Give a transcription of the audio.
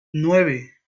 nueve